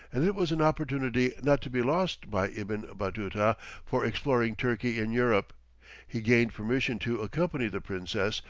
and it was an opportunity not to be lost by ibn batuta for exploring turkey in europe he gained permission to accompany the princess,